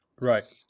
Right